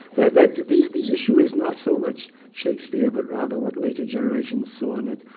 that the the issue is not so much shakespeare but rather what later generations saw in it.